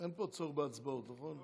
אין פה צורך בהצבעות, נכון?